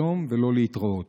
שלום ולא להתראות.